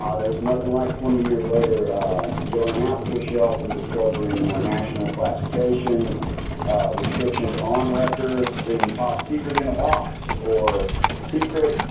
ah there's nothing like twenty years later going out to a shelf and discovering national classification restrictions on record, seeing top secret in a box or secret,